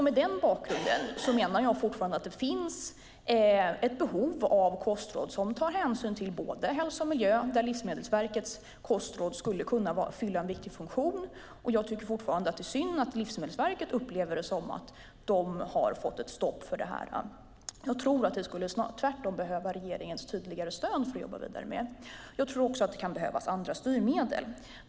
Mot den bakgrunden menar jag fortfarande att det finns ett behov av kostråd som tar hänsyn till både hälsa och miljö, där Livsmedelsverkets kostråd skulle kunna fylla en viktig funktion. Jag tycker fortfarande att det är synd att Livsmedelsverket upplever det som att de har fått ett stopp för detta. Jag tror att de tvärtom skulle behöva regeringens tydligare stöd för att jobba vidare. Jag tror också att det kan behövas andra styrmedel.